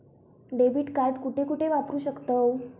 Debit card कुठे कुठे वापरू शकतव?